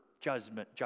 judgment